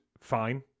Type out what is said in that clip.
Fine